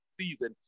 season